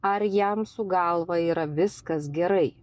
ar jam su galva yra viskas gerai